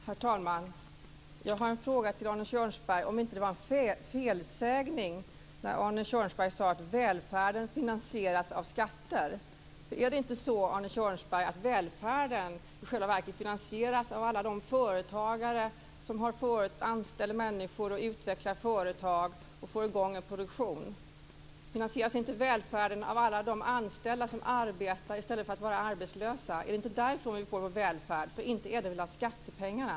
Herr talman! Jag har en fråga till Arne Kjörnsberg om det inte var en felsägning när Arne Kjörnsberg sade att välfärden finansieras av skatter. Finansieras inte välfärden i själva verket av alla de företagare som anställer människor och utvecklar företag och får i gång en produktion? Finansieras inte välfärden av alla de anställda som arbetar i stället för att vara arbetslösa? Är det inte därifrån vi får vår välfärd? Inte är det väl av skattepengarna?